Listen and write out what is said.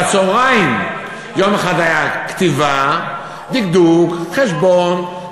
בצהריים, יום אחד היה כתיבה, דקדוק, חשבון.